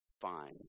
fine